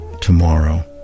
tomorrow